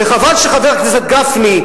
וחבל שחבר הכנסת גפני,